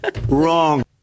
Wrong